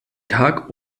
tag